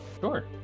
sure